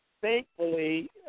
thankfully